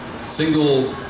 single